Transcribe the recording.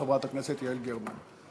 חברת הכנסת יעל גרמן.